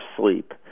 sleep